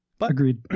Agreed